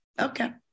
okay